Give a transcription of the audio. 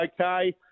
Okay